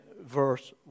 verse